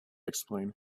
explain